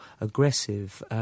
aggressive